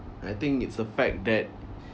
I think it's the fact that